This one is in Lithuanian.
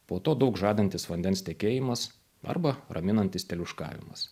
po to daug žadantis vandens tekėjimas arba raminantis teliūškavimas